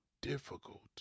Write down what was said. difficult